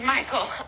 Michael